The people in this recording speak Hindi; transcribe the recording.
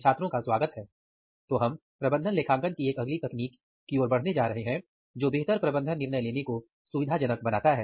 छात्रों का स्वागत है तो अब हम प्रबंधन लेखांकन की एक अगली तकनीक की ओर बढ़ने जा रहे हैं जो बेहतर प्रबंधन निर्णय लेने को सुविधाजनक बनाता है